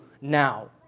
now